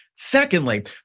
Secondly